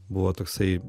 buvo toksai